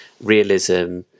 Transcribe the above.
realism